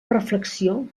reflexió